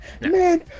Man